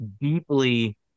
deeply